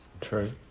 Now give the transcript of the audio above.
True